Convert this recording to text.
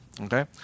Okay